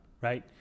right